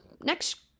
Next